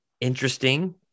interesting